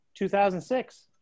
2006